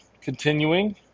continuing